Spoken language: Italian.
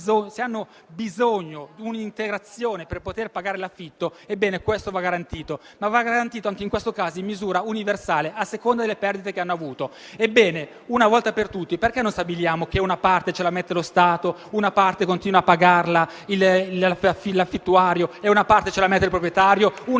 se hanno bisogno di un'integrazione per pagare l'affitto, va garantita in misura universale, anche in questo caso, a seconda delle perdite che hanno avuto. Una volta per tutte, perché non stabiliamo che una parte ce la mette lo Stato, una parte continua a pagarla l'affittuario e una terza parte la mette il proprietario?